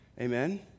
Amen